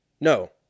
no